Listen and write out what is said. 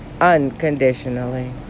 unconditionally